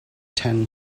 ten